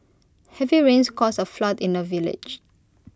heavy rains caused A flood in the village